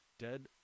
Dead